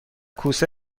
کوسه